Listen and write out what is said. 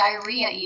diarrhea